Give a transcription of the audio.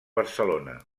barcelona